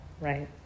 right